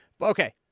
Okay